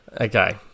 Okay